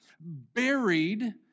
buried